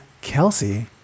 Kelsey